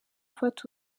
ufata